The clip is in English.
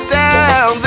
down